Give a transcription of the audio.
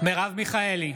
מרב מיכאלי,